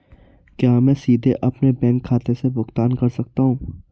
क्या मैं सीधे अपने बैंक खाते से भुगतान कर सकता हूं?